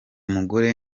mugore